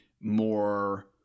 more